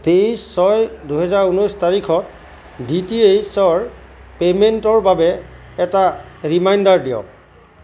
তেইছ ছয় দুহেজাৰ ঊনৈছ তাৰিখত ডি টি এইচ ৰ পে'মেণ্টৰ বাবে এটা ৰিমাইণ্ডাৰ দিয়ক